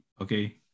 okay